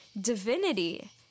divinity